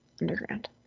Underground